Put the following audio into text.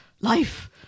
Life